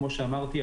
כמו שאמרתי,